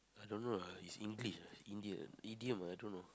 I don't know ah is English ah India idiom ah I don't know